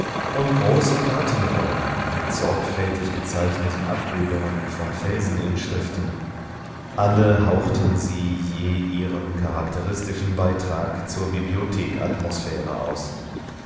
und große kartonrollen mit sorgfältig gezeichneten abbildungen von felseninschriften alle hauchten sie je ihren charakteristischen beitrag zur bibliothekatmosphäre aus